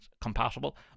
compatible